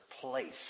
place